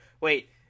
wait